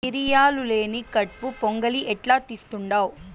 మిరియాలు లేని కట్పు పొంగలి ఎట్టా తీస్తుండావ్